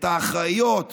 אחראיות